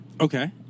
Okay